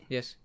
Yes